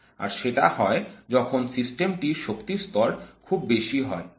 আর সেটা হয় যখন সিস্টেমটির শক্তিস্তর খুব বেশি হয়